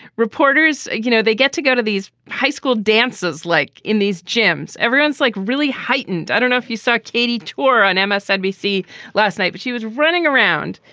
reporters, you know, they get to go to these high school dances, like in these gyms, everyone's like really heightened. i don't know if you saw katie tour on msnbc last night, but she was running around.